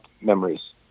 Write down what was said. memories